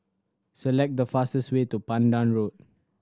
select the fastest way to Pandan Road